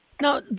Now